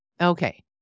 Okay